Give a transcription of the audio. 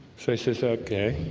face it's okay,